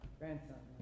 grandson